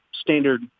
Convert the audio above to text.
standard